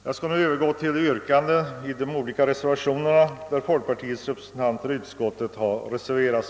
Jag skall nu övergå till yrkandena i de reservationer som undertecknats av folkpartiets representanter i utskottet.